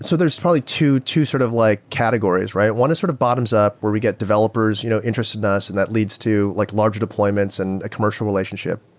so there's probably two two sort of like categories, right? one is sort of bottoms up where we get developers you know interested in us, and that leads to like larger deployments and commercial relationship.